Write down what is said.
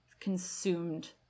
Consumed